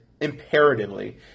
imperatively